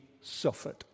suffered